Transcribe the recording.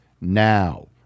now